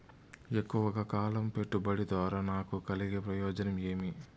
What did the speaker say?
ఎక్కువగా కాలం పెట్టుబడి ద్వారా నాకు కలిగే ప్రయోజనం ఏమి?